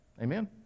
Amen